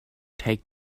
take